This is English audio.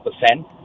percent